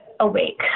awake